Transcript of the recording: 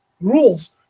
rules